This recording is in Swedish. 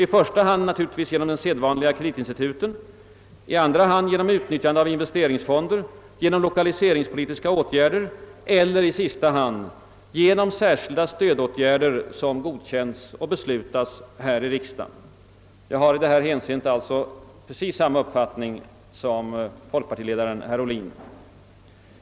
I första hand sker det givetvis genom de sedvanliga kreditinstituten, i andra hand genom utnyttjande av investeringsfonder, genom 10 kaliseringspolitiska åtgärder eller, i sista hand, genom särskilda stödåtgärder som godkänns och beslutas här i riksdagen. Jag har i detta hänseende alltså precis samma uppfattning som folkpartiledaren herr Ohlin.